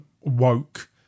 woke